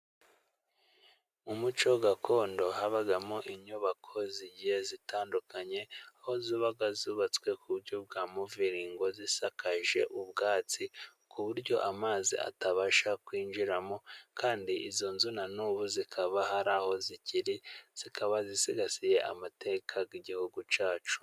Mu muco gakondo habagamo inyubako zigiye zitandukanye, aho zabaga zubatswe ku buryo bwa muviringo, zisakaje ubwatsi, ku buryo amazi atabasha kwinjiramo, kandi izo nzu na n'ubu zikaba hari aho zikiri. Zikaba zisigasiye amateka y'igihugu cyacu.